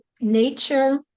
Nature